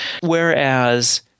Whereas